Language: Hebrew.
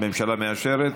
הממשלה מאשרת?